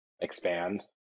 expand